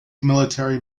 military